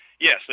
yes